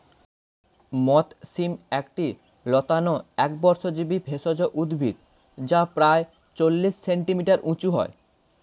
মথ শিম একটি লতানো একবর্ষজীবি ভেষজ উদ্ভিদ যা প্রায় চল্লিশ সেন্টিমিটার উঁচু হয়